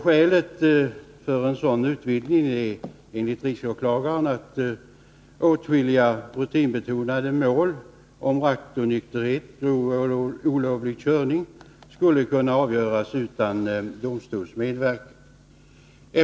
Skälet för en sådan utvidgning är enligt riksåklagaren att åtskilliga rutinbetonade mål om rattonykterhet och olovlig körning skulle kunna avgöras utan domstols medverkan.